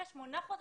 אחרי שמונה חודשים,